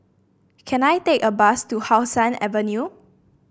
can I take a bus to How Sun Avenue